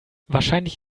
wahrscheinlich